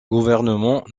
gouvernement